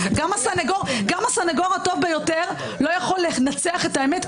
גם הסנגור הטוב ביותר לא יכול לנצח את האמת,